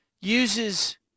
uses